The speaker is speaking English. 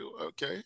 okay